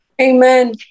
Amen